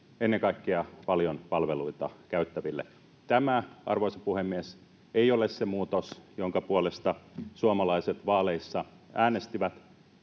ennen kaikkea paljon palveluita käyttäville. Tämä, arvoisa puhemies, ei ole se muutos, jonka puolesta suomalaiset vaaleissa äänestivät.